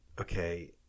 okay –